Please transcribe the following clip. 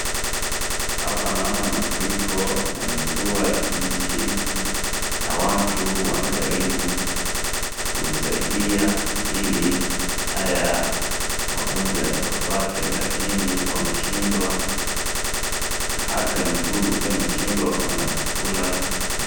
Hapa naona mafuriko yamezua kijiji hiki na watu wanajaribu kujisaidia ili haya magonjwa yasiwapate lakini wameshindwa na hata mifugo pia imeshindwa kuenda kukula.